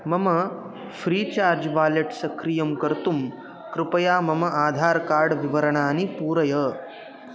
मम FreeCharge wallet सक्रियं कर्तुं कृपया मम आधार् कार्ड् विवरणानि पूरय